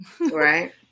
right